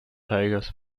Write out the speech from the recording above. tigers